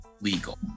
legal